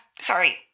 sorry